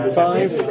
five